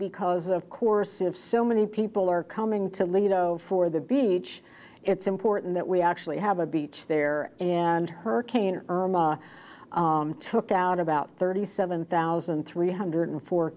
because of course if so many people are coming to live for the beach it's important that we actually have a beach there and hurricane took out about thirty seven thousand three hundred